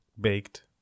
baked